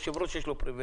ליושב ראש יש פריבילגיה,